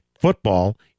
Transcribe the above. football